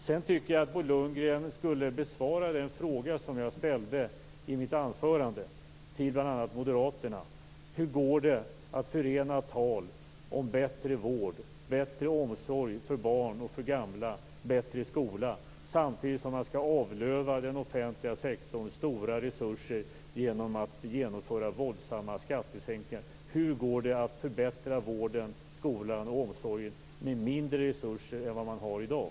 Jag tycker att Bo Lundgren borde besvara den fråga som jag ställde i mitt anförande till bl.a. moderaterna: Hur går det att förena tal om bättre vård, bättre omsorg för barn och för gamla och bättre skola med att samtidigt avlöva den offentliga sektorn stora resurser genom att genomföra våldsamma skattesänkningar? Hur går det att förbättra vården, skolan och omsorgen med mindre resurser än vad man har i dag?